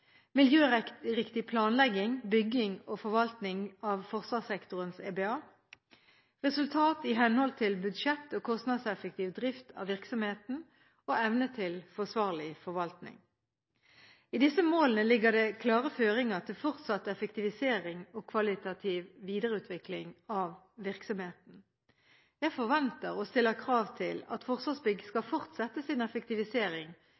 miljøriktig planlegging, bygging og forvaltning av forsvarssektorens EBA resultat i henhold til budsjett og kostnadseffektiv drift av virksomheten evne til forsvarlig forvaltning. I disse målene ligger det klare føringer til fortsatt effektivisering og kvalitativ videreutvikling av virksomheten. Jeg forventer, og stiller krav til, at Forsvarsbygg skal fortsette sin effektivisering,